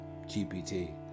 GPT